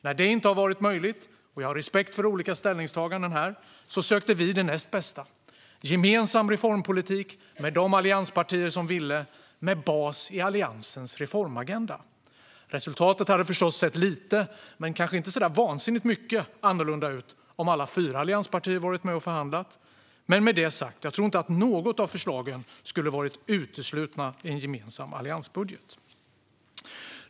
När detta inte har varit möjligt - jag har respekt för olika ställningstaganden här - sökte vi det näst bästa: en gemensam reformpolitik med de allianspartier som ville, med bas i Alliansens reformagenda. Resultatet hade förstås sett lite, men kanske inte så där vansinnigt mycket, annorlunda ut om alla fyra allianspartier hade varit med och förhandlat. Med detta sagt tror jag inte att något av förslagen skulle ha varit uteslutet i en gemensam alliansbudget.